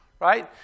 right